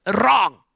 Wrong